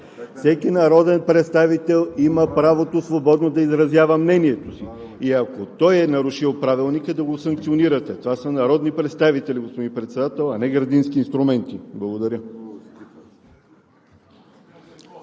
Всеки народен представител има право свободно да изразява мнението си и ако той е нарушил Правилника, да го санкционирате. Това са народни представители, господин Председател, а не градински инструменти. Благодаря.